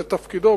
זה תפקידו.